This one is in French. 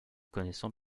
connaissant